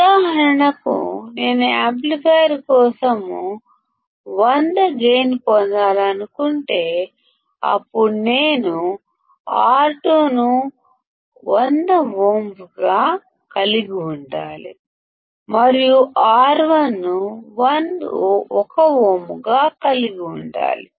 ఉదాహరణకు నేను యాంప్లిఫైయర్ కోసం 100 గైన్ పొందాలనుకుంటే అప్పుడు నేను R2 ను 100 ఓంలు గా కలిగి ఉండాలి మరియు R1 1 ఓం గా ఉండాలి